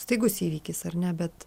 staigus įvykis ar ne bet